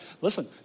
listen